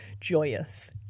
joyous